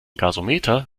gasometer